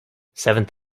seventh